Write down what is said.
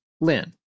Lynn